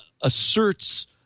asserts